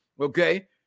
Okay